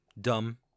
Dumb